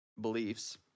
beliefs